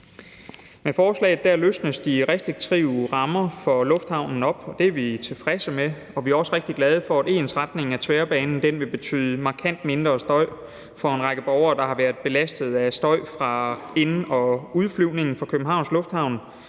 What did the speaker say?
Med forslaget løsnes de restriktive rammer for lufthavnen op, og det er vi tilfredse med. Vi er også rigtig glade for, at ensretningen af tværbanen vil betyde markant mindre støj for en række borgere, der har været belastet af støj fra ind- og udflyvningen fra Københavns Lufthavn,